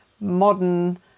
modern